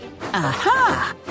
Aha